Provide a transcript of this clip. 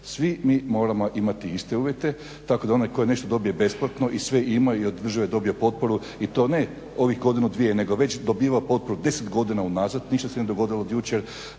Svi mi moramo imati iste uvjete, tako da onaj koji nešto dobije besplatno i sve ima i od države dobije potporu i to ne ovih godinu dvije, nego već dobiva potporu 10 godina unazad. Ništa se nije dogodilo od jučer,